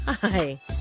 hi